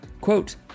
Quote